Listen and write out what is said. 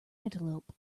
antelope